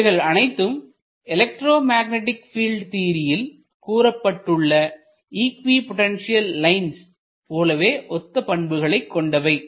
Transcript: இவைகள் அனைத்தும் electromagnetic field தியரியில் கூறப்பட்டுள்ள இக்வி பொட்டன்ஷியல் லைன்கள் போலவே ஒத்த பண்புகளைக் கொண்டவை